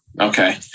okay